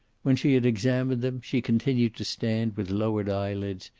when she had examined them, she continued to stand with lowered eyelids,